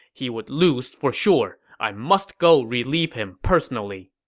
he would lose for sure. i must go relieve him personally.